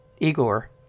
Igor